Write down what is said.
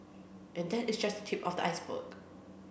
and that is just tip of the iceberg